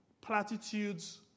platitudes